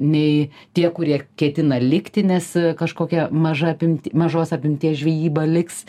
nei tie kurie ketina likti nes kažkokia maža apimt mažos apimties žvejyba liks